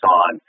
on